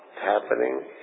happening